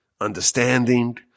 Understanding